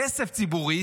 כסף ציבורי,